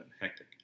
hectic